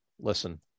listen